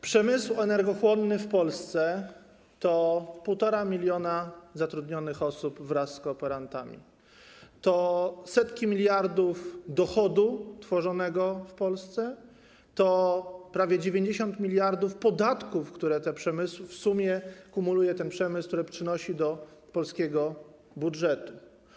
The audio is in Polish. Przemysł energochłonny w Polsce to 1,5 mln zatrudnionych osób wraz z kooperantami, to setki miliardów dochodu tworzonego w Polsce, to prawie 90 mld podatków, które w sumie kumuluje ten przemysł, które przynosi do polskiego budżetu.